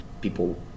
people